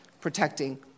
protecting